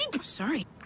Sorry